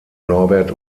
norbert